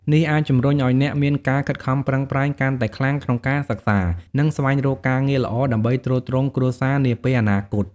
នេះអាចជំរុញឱ្យអ្នកមានការខិតខំប្រឹងប្រែងកាន់តែខ្លាំងក្នុងការសិក្សា និងស្វែងរកការងារល្អដើម្បីទ្រទ្រង់គ្រួសារនាពេលអនាគត។